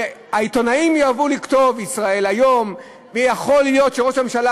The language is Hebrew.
העיתונאים יאהבו לכתוב "ישראל היום"; ויכול להיות שראש הממשלה,